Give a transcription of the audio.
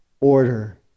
order